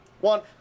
one